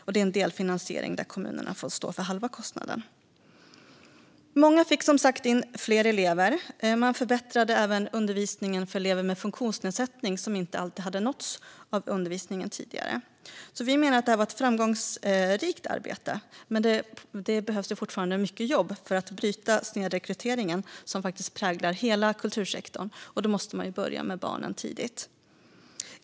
Det här är en delfinansiering där kommunerna får stå för halva kostnaden. Många fick in fler elever och förbättrade undervisningen för elever med funktionsnedsättning, som inte alltid har nåtts av undervisningen tidigare. Vi menar därför att det här har varit ett framgångsrikt arbete, men fortfarande återstår mycket jobb för att man ska kunna bryta den snedrekrytering som präglar hela kultursektorn. Då måste man börja tidigt med barnen.